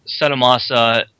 Setamasa